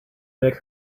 make